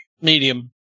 Medium